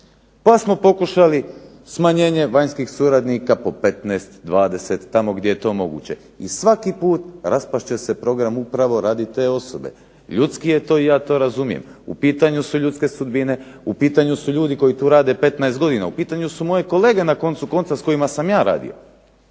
pa smo pokušali smanjenje vanjskih suradnika po 15, 20, tamo gdje je to moguće i svaki put raspast će se program upravo radi te osobe. Ljudski je to i ja to razumijem. U pitanju su ljudske sudbine, u pitanju su ljudi koji tu rade 15 godina, u pitanju su moje kolege na koncu konca s kojima sam ja radio.